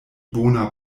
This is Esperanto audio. bona